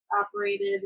operated